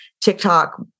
TikTok